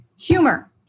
Humor